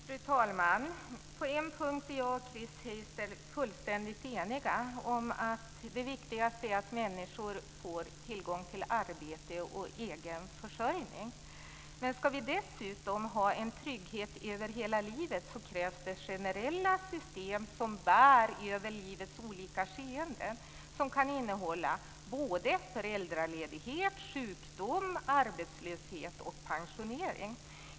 Fru talman! På en punkt är jag och Chris Heister fullständigt eniga: Det viktigaste är att människor får tillgång till arbete och egen försörjning. Men ska vi dessutom ha en trygghet över hela livet så krävs det generella system som bär över livets olika skeenden. De kan innehålla både föräldraledighet, sjukdom, arbetslöshet och pensionering.